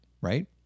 Right